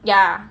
ya